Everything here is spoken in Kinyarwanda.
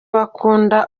bakunda